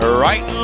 right